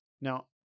Now